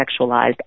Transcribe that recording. sexualized